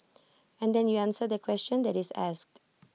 and then you answer the question that is asked